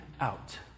out